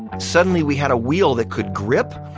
suddenly we had a wheel that could grip,